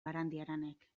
barandiaranek